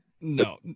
No